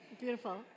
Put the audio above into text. Beautiful